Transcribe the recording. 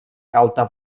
galta